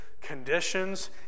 conditions